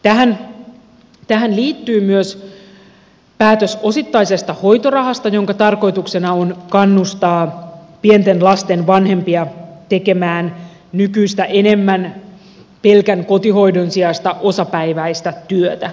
tähän liittyy myös päätös osittaisesta hoitorahasta jonka tarkoituksena on kannustaa pienten lasten vanhempia tekemään nykyistä enemmän pelkän kotihoidon sijasta osapäiväistä työtä